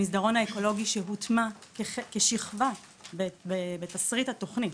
המסדרון האקולוגי שהוטמע כשכבה בתסריט התוכנית,